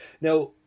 Now